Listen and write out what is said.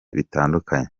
bitandukanye